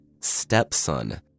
stepson